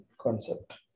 concept